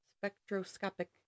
spectroscopic